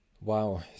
wow